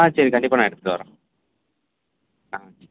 ஆ சரி கண்டிப்பாக நான் எடுத்துட்டு வர்றேன் ஆ சரி